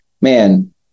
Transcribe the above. man